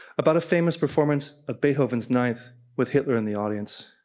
about a famous performance of beethovens ninth with hitler in the audience,